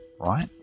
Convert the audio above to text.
right